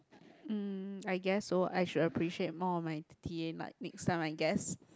um I guess so I should appreciate more of my t_a like next time I guess